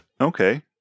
Okay